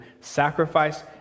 sacrifice